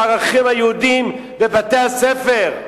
את הערכים היהודיים בבתי-הספר,